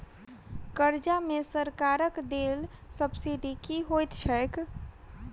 कर्जा मे सरकारक देल सब्सिडी की होइत छैक?